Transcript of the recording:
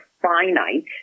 finite